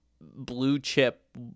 blue-chip